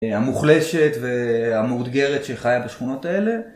המוחלשת והמאותגרת שחיה בשכונות האלה.